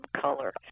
color